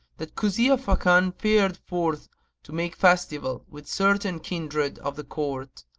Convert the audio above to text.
that kuzia fakan fared forth to make festival with certain kindred of the court,